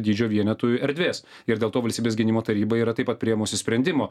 dydžio vienetui erdvės ir dėl to valstybės gynimo taryba yra taip pat priėmusi sprendimą